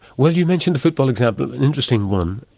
well you mentioned the football example, an interesting one.